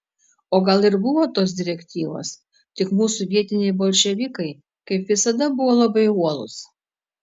o gal ir buvo tos direktyvos tik mūsų vietiniai bolševikai kaip visada buvo labai uolūs